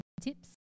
tips